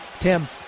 Tim